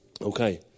Okay